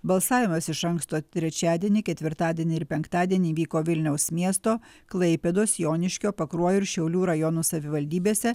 balsavimas iš anksto trečiadienį ketvirtadienį ir penktadienį vyko vilniaus miesto klaipėdos joniškio pakruojo ir šiaulių rajonų savivaldybėse